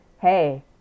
hey